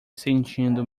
sentindo